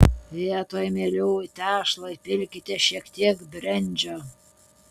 vietoj mielių į tešlą įpilkite šiek tiek brendžio